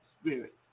spirit